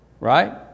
right